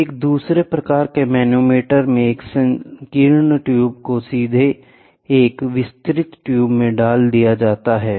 एक दूसरे प्रकार के मैनोमीटर में एक संकीर्ण ट्यूब को सीधे एक विस्तृत ट्यूब में डाला जाता है